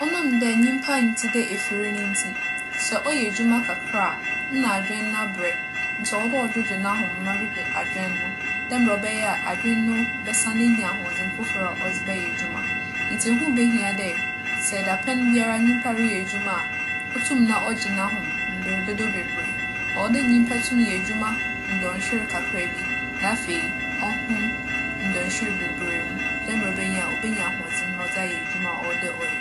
ͻnam dɛ nyimpa nntse dɛ efir no ntsi, sɛ ͻyɛ edwuma kakra a nna adwen no aberɛ. Ntsi ͻwͻ dɛ ͻdwedwe n'ahom na ͻdwedwe adwen no, dɛ mbrɛ ͻbɛyɛ a, adwen no bɛsan enya ahoͻdzen fofor a ͻdze bɛyɛ edwuma. Ntsi ho behia dɛ sɛ dapɛn biara nyimpa reyɛ edwuma a, otum na ͻgye n'ahom mber dodow beberee. ͻwͻ dɛ nyimpa tum yɛ edwuma ndͻnhwer kakraabi, na afei, ͻhom ndͻnhwer beberee mu. Dɛ mbrɛ ͻbɛyɛ a, obenya ahoͻdzen na ͻdze ayɛ edwuma a ͻwͻ dɛ ͻyɛ.